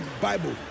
Bible